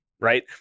right